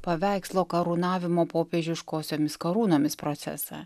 paveikslo karūnavimo popiežiškosiomis karūnomis procesą